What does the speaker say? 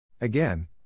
Again